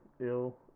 ill